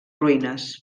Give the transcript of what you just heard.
ruïnes